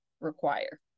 require